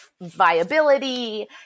viability